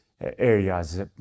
areas